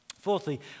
Fourthly